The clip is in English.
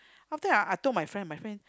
after that ah I told my friend my friend